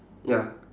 ya